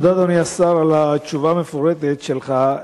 תודה, אדוני השר, על התשובה המפורטת שלך.